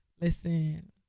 Listen